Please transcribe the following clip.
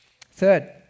Third